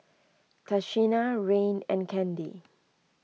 Tashina Rayne and Kandy